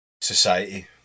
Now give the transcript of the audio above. society